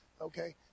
okay